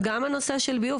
יש הרבה אנשים חולים בבתים,